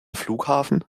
flughafen